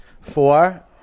Four